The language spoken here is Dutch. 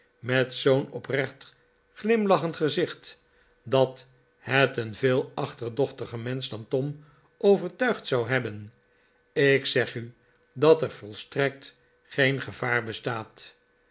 met zoo'n oprecht glimlachend gezicht dat het een veel achterdochtig'er mensch dan tom overtuigd zou hebben ik zeg u dat er volstrekt geen gevaar bestaat